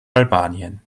albanien